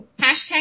Hashtag